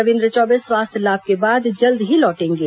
रविन्द्र चौबे स्वास्थ्य लाभ के बाद जल्द ही लौटेंगे